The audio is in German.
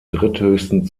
dritthöchsten